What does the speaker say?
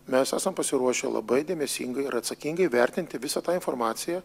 mes esam pasiruošę labai dėmesingai ir atsakingai vertinti visą tą informaciją